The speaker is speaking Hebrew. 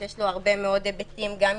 יש לו הרבה מאוד היבטים גם יישומיים,